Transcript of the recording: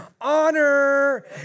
honor